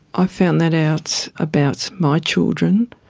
i found that out about my children.